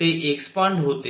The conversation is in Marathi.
ते एक्सपांड होते